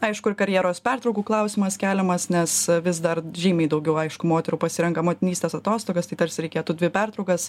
aišku ir karjeros pertraukų klausimas keliamas nes vis dar žymiai daugiau aišku moterų pasirenka motinystės atostogas tai tarsi reikėtų dvi pertraukas